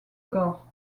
gore